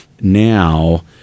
Now